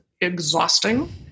exhausting